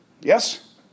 Yes